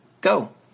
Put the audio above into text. Go